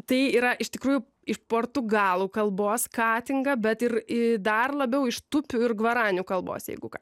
tai yra iš tikrųjų iš portugalų kalbos katinga bet ir e dar labiau iš tupių ir gvaranių kalbos jeigu ką